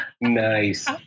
nice